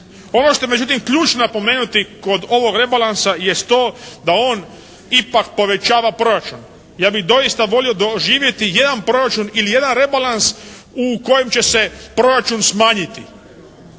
Ono što je međutim ključno napomenuti kod ovog rebalansa jest to da on ipak povećava proračun. Ja bih dosita volio doživjeti jedan proračun ili jedan rebalans u kojem će se proračun smanjiti.